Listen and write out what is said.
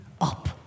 up